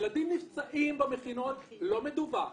ילדים נפצעים במכינות, זה לא מדווח.